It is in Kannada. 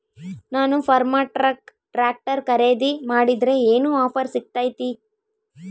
ನಾನು ಫರ್ಮ್ಟ್ರಾಕ್ ಟ್ರಾಕ್ಟರ್ ಖರೇದಿ ಮಾಡಿದ್ರೆ ಏನು ಆಫರ್ ಸಿಗ್ತೈತಿ?